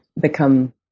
become